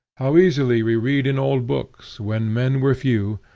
how easily we read in old books, when men were few,